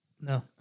No